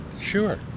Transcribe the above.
sure